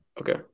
Okay